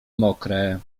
mokre